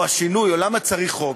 או השינוי, או למה צריך חוק,